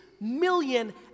million